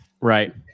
Right